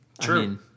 True